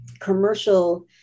commercial